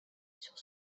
sur